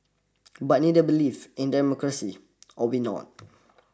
but neither believe in democracy or we not